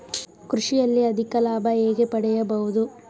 ಕೃಷಿಯಲ್ಲಿ ಅಧಿಕ ಲಾಭ ಹೇಗೆ ಪಡೆಯಬಹುದು?